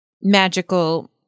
magical